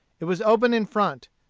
it was open in front.